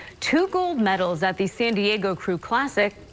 two gold medals at the san diego crew classic,